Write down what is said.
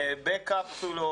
בקפסולות.